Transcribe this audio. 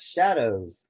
Shadows